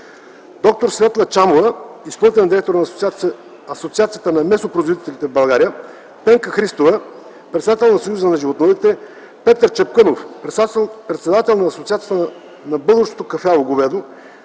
д-р Светла Чамова – изпълнителен директор на Асоциацията на месопроизводителите в България, Пенка Христова – председател на Съюза на животновъдите, Петър Чапкънов – председател на Асоциацията на българското кафяво говедо,